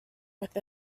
with